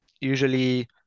Usually